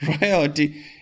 Royalty